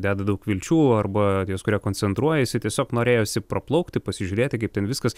deda daug vilčių arba ties kurie koncentruojasi tiesiog norėjosi praplaukti pasižiūrėti kaip ten viskas